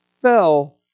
fell